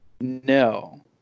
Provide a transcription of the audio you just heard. No